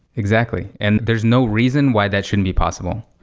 exactly. and there's no reason why that shouldn't be possible.